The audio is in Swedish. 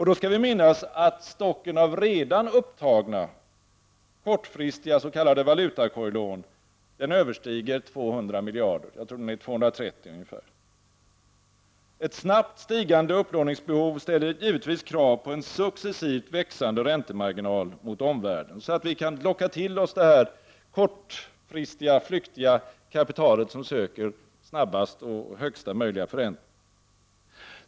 Då skall vi minnas att stocken av redan upptagna kortfristiga s.k. valutakorglån överstiger 200 miljarder kronor. Ett snabbt stigande upplåningsbehov ställer givetvis krav på en successivt växande räntemarginal mot omvärlden, så att vi kan locka till oss det kortfristiga, flyktiga kapital som söker snabbast och högsta möjliga förändring.